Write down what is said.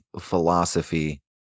philosophy